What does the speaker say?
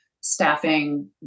staffing